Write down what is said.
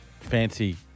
fancy